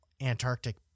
Antarctic